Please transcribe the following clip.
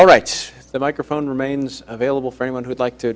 all right the microphone remains available for anyone who would like to